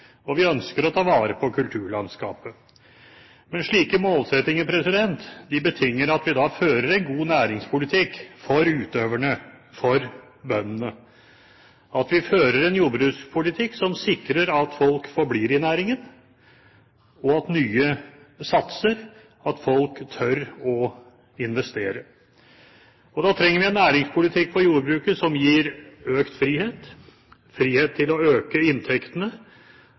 og vi ønsker å ta vare på kulturlandskapet. Men slike målsettinger betinger at vi fører en god næringspolitikk for utøverne, for bøndene, at vi fører en jordbrukspolitikk som sikrer at folk forblir i næringen, og at nye satser, at folk tør å investere. Da trenger vi en næringspolitikk for jordbruket som gir økt frihet, frihet til å øke inntektene